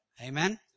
Amen